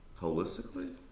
holistically